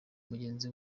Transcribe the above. mugenzi